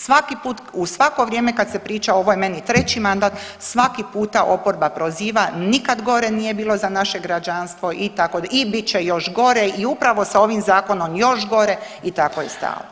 Svaki put u svako vrijeme kad se priča ovo je meni treći mandat, svaki puta oporba proziva nikad gore nije bilo za naše građanstvo i bit će još gore i upravo sa ovim zakonom još gore i tako je stalno.